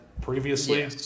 previously